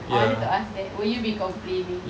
I wanted to ask that would you be complaining